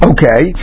Okay